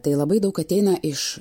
tai labai daug ateina iš